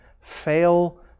fail